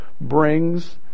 brings